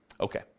Okay